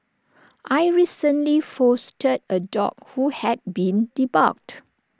I recently fostered A dog who had been debarked